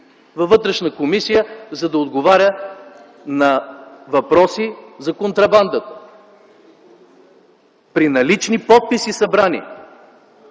във Вътрешната комисия, за да отговаря на въпроси за контрабандата! При налични подписи – събрани!